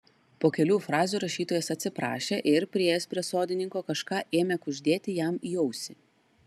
po kelių frazių rašytojas atsiprašė ir priėjęs prie sodininko kažką ėmė kuždėti jam į ausį